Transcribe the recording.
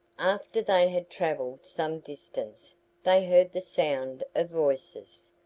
after they had travelled some distance they heard the sound of voices.